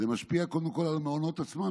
קודם כול על המעונות עצמם.